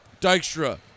Dykstra